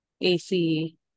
ac